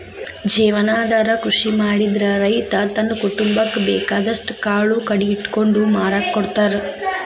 ಜೇವನಾಧಾರ ಕೃಷಿ ಮಾಡಿದ್ರ ರೈತ ತನ್ನ ಕುಟುಂಬಕ್ಕ ಬೇಕಾದಷ್ಟ್ ಕಾಳು ಕಡಿ ಇಟ್ಕೊಂಡು ಮಾರಾಕ ಕೊಡ್ತಾರ